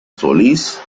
solís